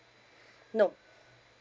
no